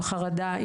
חרדה,